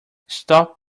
stop